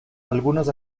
algunos